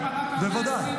שניהם ביחד, בוודאי.